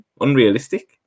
unrealistic